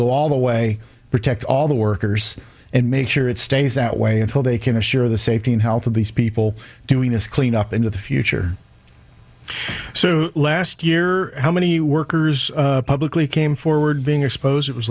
go all the way protect all the workers and make sure it stays that way until they can assure the safety and health of these people doing this clean up into the future so last year how many workers publicly came forward being exposed it was